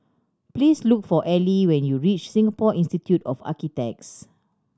please look for Ally when you reach Singapore Institute of Architects